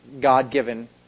God-given